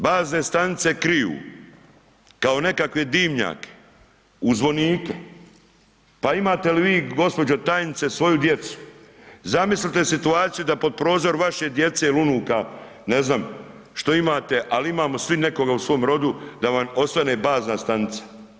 Bazne stanice kriju kao nekakve dimnjake u zvonike, pa imate li vi gospođo tajnice svoju djecu, zamislite situaciju da pod prozor vaše djece ili unuka ne znam što imate, al imamo svi nekoga u svom rodu da vam osvane bazna stanica.